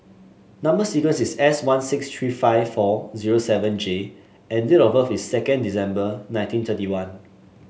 number sequence is S one six three five four zero seven G and date of birth is second December nineteen thirty one